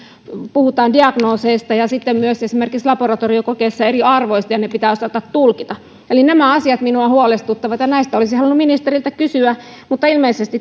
puhutaan diagnooseista ja sitten esimerkiksi laboratoriokokeissa myös eri arvoista ja ne pitää osata tulkita eli nämä asiat minua huolestuttavat ja näistä olisin halunnut ministeriltä kysyä mutta